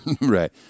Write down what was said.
Right